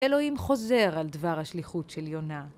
אלוהים חוזר על דבר השליחות של יונה.